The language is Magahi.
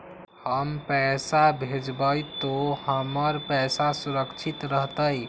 हम पैसा भेजबई तो हमर पैसा सुरक्षित रहतई?